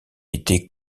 était